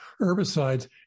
herbicides